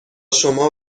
شما